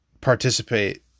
participate